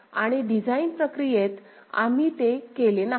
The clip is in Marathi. आणि डिझाइन प्रक्रियेत आम्ही ते केले नाही